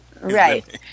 Right